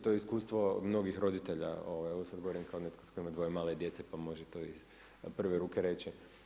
To je iskustvo mnogih roditelja, ovo sad govorim kao netko tko ima dvoje male djece, pa može to iz prve ruke reći.